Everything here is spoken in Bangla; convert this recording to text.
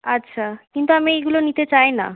আচ্ছা কিন্তু আমি এইগুলো নিতে চাই না